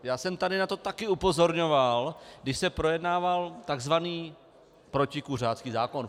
Já jsem tady na to taky upozorňoval, když se projednával tzv. protikuřácký zákon.